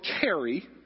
carry